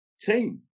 team